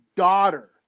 daughter